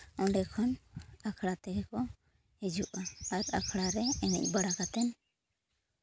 ᱚᱸᱰᱮ ᱠᱷᱚᱱ ᱟᱠᱷᱲᱟ ᱛᱮᱜᱮ ᱠᱚ ᱦᱤᱡᱩᱜᱼᱟ ᱟᱨ ᱟᱠᱷᱲᱟ ᱨᱮ ᱮᱱᱮᱡ ᱵᱟᱲᱟ ᱠᱟᱛᱮᱫ